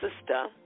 sister